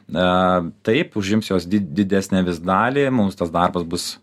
na taip užims jos didesnę dalį mums tas darbas bus